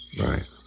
Right